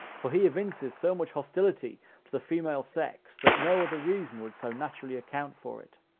for he evinces so much hostility to the female sex, that no other reason would so naturally account for it.